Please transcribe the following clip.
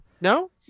No